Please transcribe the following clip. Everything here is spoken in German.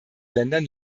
ländern